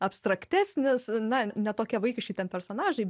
abstraktesnis na ne tokie vaikiški personažai